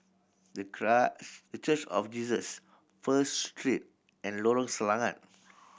The The Church of Jesus First Street and Lorong Selangat